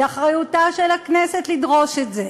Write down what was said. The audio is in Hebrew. זו אחריותה של הכנסת לדרוש את זה,